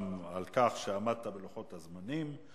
גם על כך שעמדת בלוחות הזמנים.